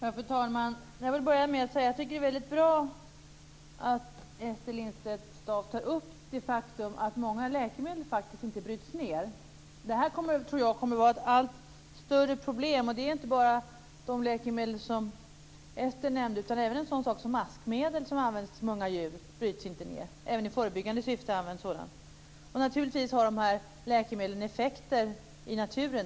Fru talman! Jag vill börja med att säga att jag tycker att det är väldigt bra att Ester Lindstedt-Staaf tar upp det faktum att många läkemedel faktiskt inte bryts ned. Det här tror jag kommer att vara ett allt större problem. Det är inte bara de läkemedel som Ester nämnde. Även en sådan sak som maskmedel, som används till så många djur, bryts inte ned. Även i förebyggande syfte används det. Naturligtvis har läkemedlen effekter i naturen.